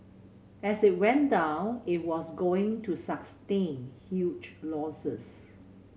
as it went down it was going to sustain huge losses